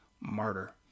martyr